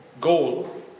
goal